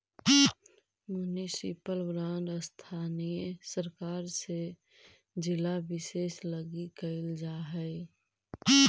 municipal bond स्थानीय सरकार से जिला विशेष लगी कैल जा हइ